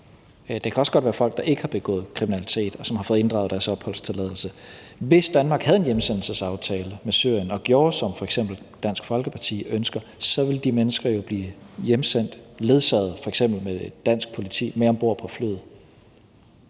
det kan også godt være folk, der ikke har begået kriminalitet, og som har fået inddraget deres opholdstilladelse. Hvis Danmark havde en hjemsendelsesaftale med Syrien og gjorde, som f.eks. Dansk Folkeparti ønsker, så ville de mennesker jo blive hjemsendt ledsaget f.eks. af dansk politi ombord på flyet.